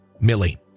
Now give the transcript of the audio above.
Millie